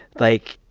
like,